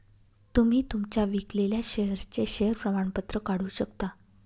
तुम्ही तुमच्या विकलेल्या शेअर्सचे शेअर प्रमाणपत्र काढू शकता